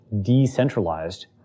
decentralized